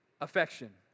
affection